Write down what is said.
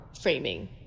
framing